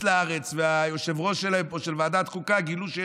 לארץ והיושב-ראש שלהם פה של ועדת חוקה,